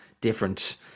different